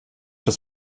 des